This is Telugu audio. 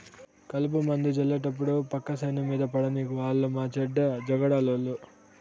కలుపుమందు జళ్లేటప్పుడు పక్క సేను మీద పడనీకు ఆలు మాచెడ్డ జగడాలోళ్ళు